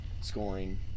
Scoring